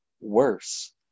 worse